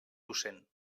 docent